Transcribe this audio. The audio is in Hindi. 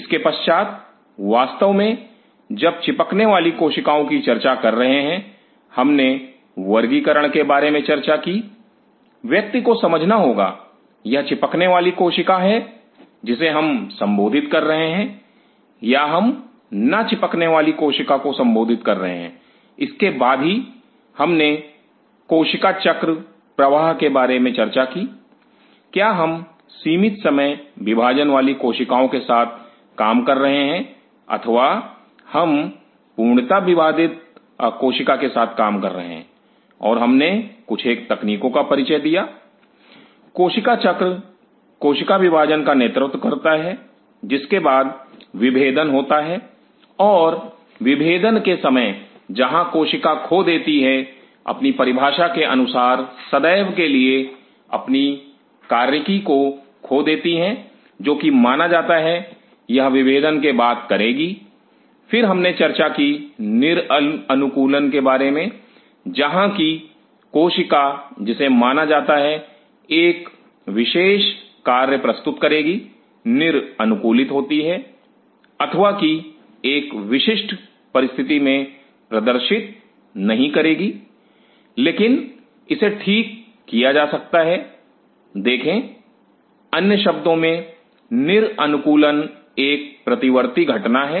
इसके पश्चात वास्तव में जब चिपकने वाली कोशिकाओं की चर्चा कर रहे हैं हमने वर्गीकरण के बारे में चर्चा की व्यक्ति को समझना होगा यह चिपकने वाली कोशिका है जिसे हम संबोधित कर रहे हैं या हम ना चिपकने वाली कोशिकाओं को संबोधित कर रहे हैं इसके बाद ही हमने कोशिका चक्र प्रवाह के बारे में चर्चा की क्या हम सीमित समय विभाजन वाली कोशिकाओं के साथ काम कर रहे हैं अथवा हम पूर्णतया विभेदित कोशिका के साथ काम कर रहे हैं और हमने कुछेक तकनीकों का परिचय दिया कोशिका चक्र कोशिका विभाजन का नेतृत्व करता है जिसके बाद विभेदन होता है और विभेदन के समय जहां कोशिका खो देती है अपनी परिभाषा के अनुसार सदैव के लिए अपनी कार्यकी खो देती है जो कि माना जाता है यह विभेदन के बाद करेगी फिर हमने चर्चा की निर अनुकूलन के बारे में जहां की कोशिका जिसे कि माना जाता है एक विशेष कार्य प्रस्तुत करेगी निर अनुकूलित होती है अथवा कि एक विशिष्ट परिस्थिति में प्रदर्शित नहीं करेगी लेकिन इसे ठीक किया जा सकता है देखें अन्य शब्दों में निर अनुकूलन एक प्रतिवर्ती घटना है